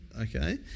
Okay